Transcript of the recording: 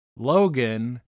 Logan